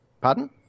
Pardon